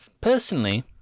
personally